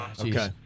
okay